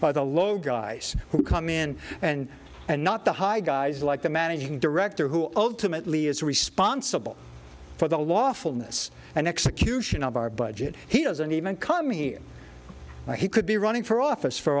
by the low guys who come in and and not the high guys like the managing director who ultimately is responsible for the lawfulness and execution of our budget he doesn't even come here he could be running for office for